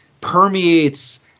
permeates